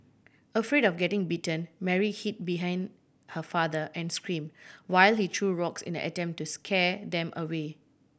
afraid of getting bitten Mary hid behind her father and screamed while he threw rocks in an attempt to scare them away